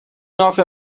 ناف